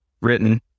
written